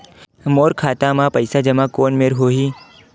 मोर खाता मा पईसा जमा कोन मेर होही?